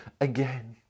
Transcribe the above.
again